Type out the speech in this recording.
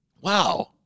wow